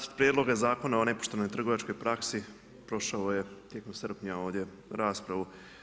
Nacrt prijedloga Zakona o nepoštenoj trgovačkoj praksi prošao je tijekom srpnja ove raspravu.